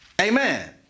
Amen